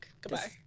Goodbye